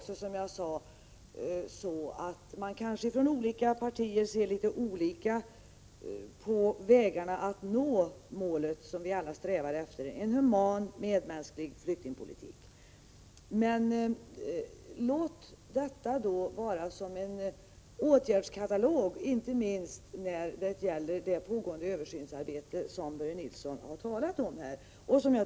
Som jag sade ser olika partier kanske litet olika på vägarna att nå målet som vi alla strävar efter: en human, medmänsklig flyktingpolitik. Men låt då detta bli en åtgärdskatalog, inte minst i det pågående översynsarbetet, som Börje Nilsson här har talat om.